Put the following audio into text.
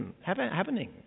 happening